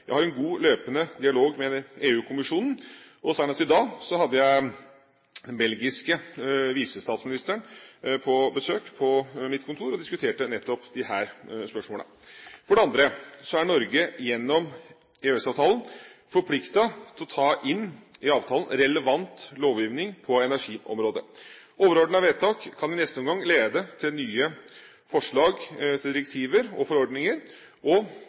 Jeg har en god løpende dialog med EU-kommisjonen. Senest i dag hadde jeg den belgiske visestatsministeren på besøk på mitt kontor, og vi diskuterte nettopp disse spørsmålene. For det andre er Norge gjennom EØS-avtalen forpliktet til å ta inn i avtalen relevant lovgivning på energiområdet. Overordnede vedtak kan i neste omgang lede til at nye forslag til direktiver og forordninger